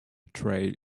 trail